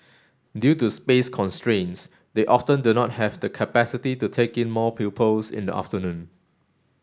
due to space constraints they often do not have the capacity to take in more pupils in the afternoon